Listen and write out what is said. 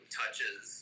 touches